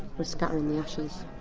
we're scattering the ashes.